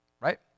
Right